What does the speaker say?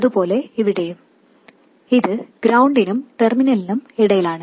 അതുപോലെ ഇവിടെയും ഇത് ഗ്രൌണ്ടിനും ടെർമിനലിനും ഇടയിലാണ്